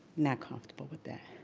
not comfortable with that,